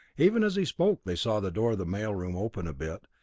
even as he spoke they saw the door of the mail-room open a bit,